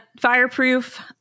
fireproof